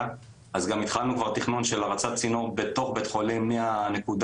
אז כבר התחלנו גם תכנון של הרצת צינור בתוך בית החולים מנקודת